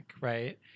right